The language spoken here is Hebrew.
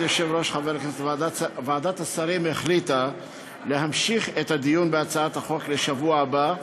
ועדת השרים החליטה להמשיך את הדיון בהצעת החוק בשבוע הבא.